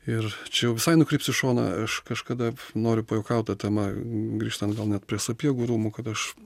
ir čia jau visai nukrypsiu į šoną ir aš kažkada noriu pajuokaut ta tema grįžtant gal net prie sapiegų rūmų kad aš